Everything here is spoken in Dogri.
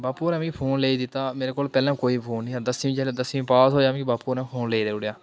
बापू होरें मी फोन लेई दित्ता मेरे कोल पैह्लें कोई फोन नेईं हा दसमीं जिसलै दसमीं पास होए आ मिगी बापू होरें फोन लेई देई ओड़ेआ